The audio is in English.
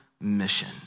mission